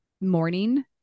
morning